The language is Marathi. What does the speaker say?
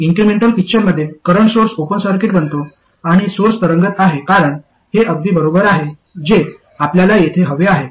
इन्क्रिमेंटल पिक्चरमध्ये करंट सोर्स ओपन सर्किट बनतो आणि सोर्स तरंगत आहे कारण हे अगदी बरोबर आहे जे आपल्याला येथे हवे आहे